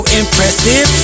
impressive